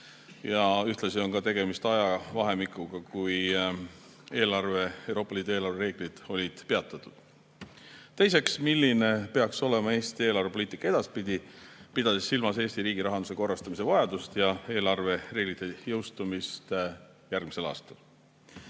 Ühtlasi on ka tegemist ajavahemikuga, kui Euroopa Liidu eelarvereeglid olid peatatud. Teiseks, milline peaks olema Eesti eelarvepoliitika edaspidi, pidades silmas Eesti riigi rahanduse korrastamise vajadust ja eelarvereeglite jõustumist järgmisel aastal.